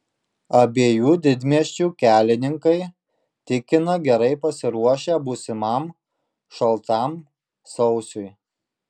abiejų didmiesčių kelininkai tikina gerai pasiruošę būsimam šaltam sausiui